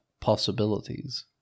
possibilities